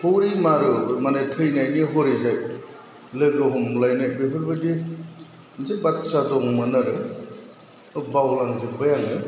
हरै मारु बे माने थैनायनि हरैजाय लोगो हमलायनाय बेफोरबायदि मोनसे बाथ्रा दंमोन आरो बावलांजाेब्बाय ओङाे